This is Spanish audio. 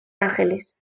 ángeles